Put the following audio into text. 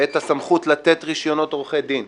לתת רישיונות עורכי דין,